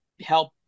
help